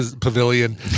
Pavilion